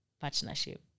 partnership